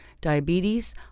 diabetes